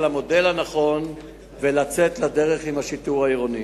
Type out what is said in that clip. המודל הנכון ולצאת לדרך עם השיטור העירוני.